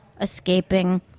escaping